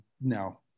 no